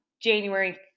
January